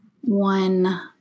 One